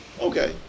Okay